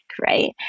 right